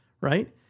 Right